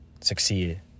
succeed